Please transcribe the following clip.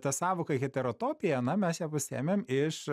tą sąvoką heterotopija na mes ją pasiėmėm iš